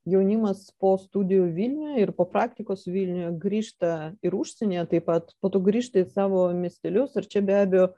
jaunimas po studijų vilniuje ir po praktikos vilniuje grįžta ir užsienyje taip pat po to grįžta į savo miestelius ir čia be abejo